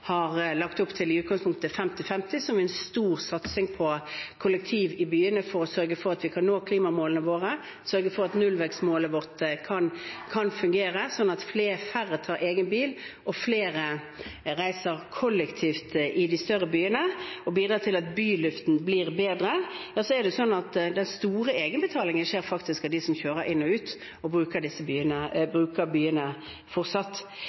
kan nå klimamålene våre, sørge for at nullvekstmålet vårt kan fungere, slik at færre tar egen bil og flere reiser kollektivt i de større byene og bidrar til at byluften blir bedre. Den store egenbetalingen skjer faktisk av dem som reiser inn og ut og bruker byene.